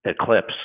Eclipse